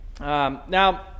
now